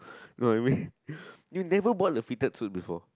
you know what I mean you never bought a fitted suit before